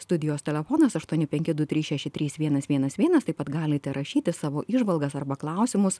studijos telefonas aštuoni penki du trys šeši trys vienas vienas vienas taip pat galite rašyti savo įžvalgas arba klausimus